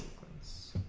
clips